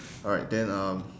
alright then um